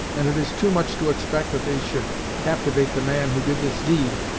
and it is too much to expect that they should captivate the man who did this deed,